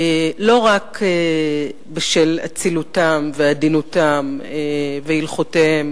לא רק בשל אצילותם ועדינותם והליכותיהם,